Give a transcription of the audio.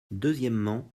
deuxièmement